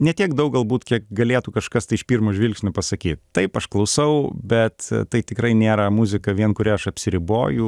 ne tiek daug galbūt kiek galėtų kažkas tai iš pirmo žvilgsnio pasakyt taip aš klausau bet tai tikrai nėra muzika vien kuria aš apsiriboju